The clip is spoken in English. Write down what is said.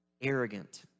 Arrogant